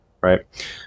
right